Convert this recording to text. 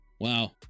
Wow